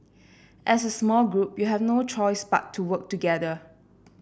as a small group you have no choice but to work together